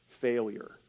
failure